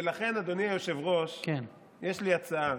ולכן, אדוני היושב-ראש, יש לי הצעה,